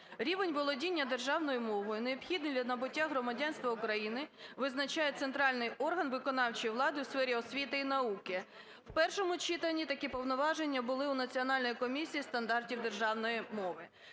"Рівень володіння державною мовою, необхідний для набуття громадянства України, визначає центральний орган виконавчої влади у сфері освіти і науки". В першому читанні такі повноваження були в Національної комісії стандартів державної мови.